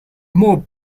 move